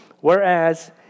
Whereas